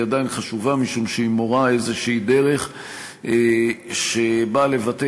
היא עדיין חשובה משום שהיא מורה דרך כלשהי שבאה לבטא